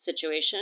situation